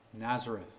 Nazareth